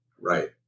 Right